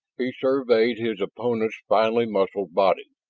he surveyed his opponent's finely muscled body,